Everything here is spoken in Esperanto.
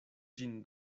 ĝin